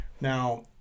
Now